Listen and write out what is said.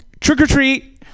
trick-or-treat